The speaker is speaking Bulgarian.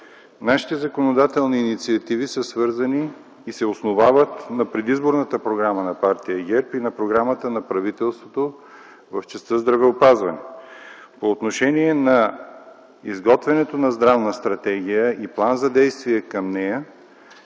нашите законодателни инициативи са свързани и се основават на предизборната програма на партия ГЕРБ и на програмата на правителството в частта здравеопазване. По отношение изготвянето на Здравна стратегия и план за действие към нея,